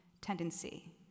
tendency